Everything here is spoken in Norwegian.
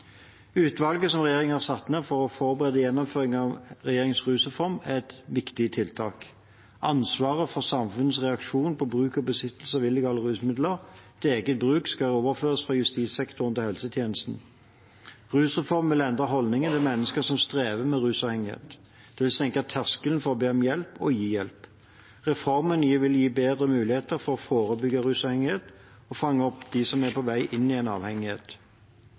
Utvalget som regjeringen har satt ned for å forberede gjennomføringen av regjeringens rusreform, er et viktig tiltak. Ansvaret for samfunnets reaksjon på bruk og besittelse av illegale rusmidler til eget bruk skal overføres fra justissektoren til helsetjenesten. Rusreformen vil endre holdningene til mennesker som strever med rusavhengighet. Det vil senke terskelen for å be om hjelp og å gi hjelp. Reformen vil gi bedre muligheter for å forebygge rusavhengighet og fange opp dem som er på vei inn i avhengighet.